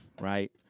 right